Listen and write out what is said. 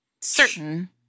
certain